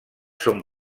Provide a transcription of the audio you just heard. són